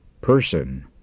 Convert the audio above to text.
person